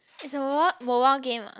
is a mobile mobile game ah